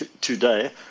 today